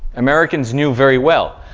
americans knew very well.